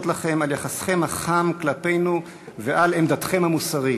לכם על יחסכם החם כלפינו ועל עמדתכם המוסרית,